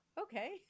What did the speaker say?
okay